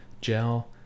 gel